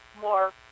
more